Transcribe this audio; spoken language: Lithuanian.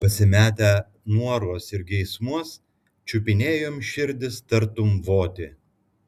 pasimetę noruos ir geismuos čiupinėjom širdis tartum votį